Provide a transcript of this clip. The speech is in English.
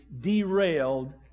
derailed